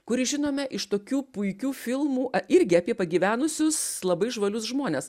kurį žinome iš tokių puikių filmų irgi apie pagyvenusius labai žvalius žmones